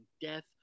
death